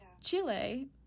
Chile